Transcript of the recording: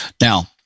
Now